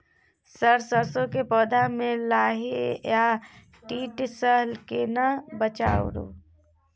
Sir सरसो के पौधा में लाही आ कीट स केना बचाऊ?